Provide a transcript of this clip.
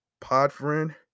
Podfriend